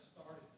started